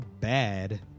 bad